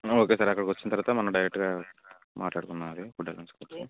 okay sir అక్కడికి వచ్చిన తర్వాత మనం డైరక్ట్గా మాట్లాడుకుందాం అది ఫుడ్ ఐటమ్స్